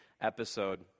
episode